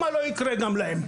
שמא לא יקרה גם להן.